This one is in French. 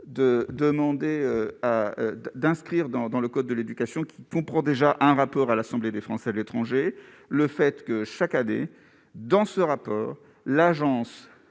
de demander à d'un. Inscrire dans dans le code de l'éducation qui comprend déjà un rapport à l'Assemblée des Français de l'étranger, le fait que chaque année dans ce rapport, l'agence